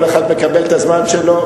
כל אחד מקבל את הזמן שלו.